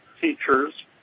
teachers